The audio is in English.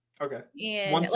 okay